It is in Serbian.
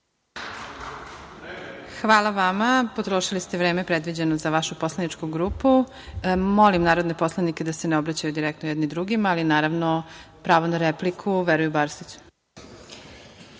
Hvala vama. Potrošili ste vreme predviđeno za vašu poslaničku grupu. Molim narodne poslanike da se ne obraćaju direktno jedni drugima više. Pravo na repliku narodni